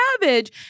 cabbage